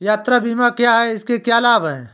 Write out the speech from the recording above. यात्रा बीमा क्या है इसके क्या लाभ हैं?